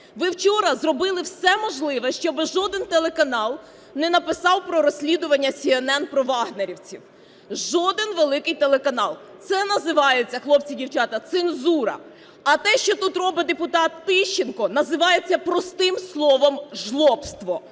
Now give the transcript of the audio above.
Ви вчора зробили все можливе, щоби жоден телеканал не написав про розслідування CNN про "вагнерівців". Жоден великий телеканал! Це називається, хлопці й дівчата, цензура. А те, що тут робить депутат Тищенко, називається простим словом "жлобство".